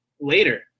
later